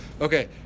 okay